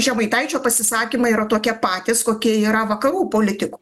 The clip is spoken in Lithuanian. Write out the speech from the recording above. žemaitaičio pasisakymai yra tokie patys kokie yra vakarų politikų